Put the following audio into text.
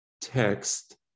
text